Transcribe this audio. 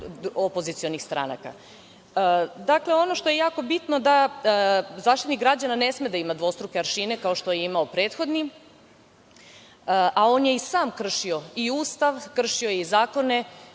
opozicionih stranaka. Dakle, ono što je jako bitno je da Zaštitnik građana ne sme da ima dvostruke aršine, kao što je imao prethodni, a on je i sam kršio i Ustav, kršio je i zakone